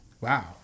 Wow